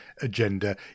agenda